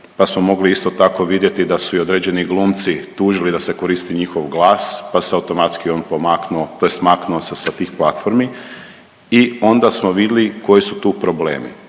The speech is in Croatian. pa smo mogli isto tako vidjeti da su i određeni glumci tužili da se koristi njihov glas, pa se automatski on pomaknuo tj. maknuo se sa tih platformi i onda smo vidli koji su tu problemi.